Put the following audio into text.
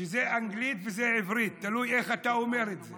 שזה אנגלית וזה עברית, תלוי איך אתה אומר את זה.